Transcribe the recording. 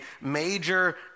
major